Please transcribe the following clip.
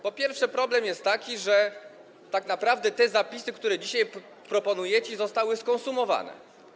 Problem jest taki, że tak naprawdę te zapisy, które dzisiaj proponujecie, zostały skonsumowane.